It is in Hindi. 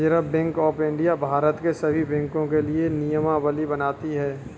रिजर्व बैंक ऑफ इंडिया भारत के सभी बैंकों के लिए नियमावली बनाती है